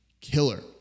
killer